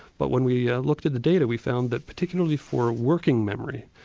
but when we looked at the data we found that particularly for working memory